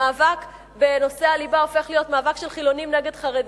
המאבק בנושא הליבה הופך להיות מאבק של חילונים נגד חרדים.